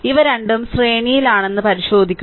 ഇവ രണ്ടും ശ്രേണിയിലാണെന്ന് പരിശോധിക്കുക